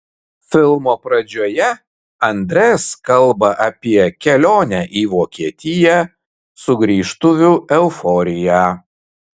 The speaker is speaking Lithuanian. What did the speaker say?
filmo pradžioje andres kalba apie kelionę į vokietiją sugrįžtuvių euforiją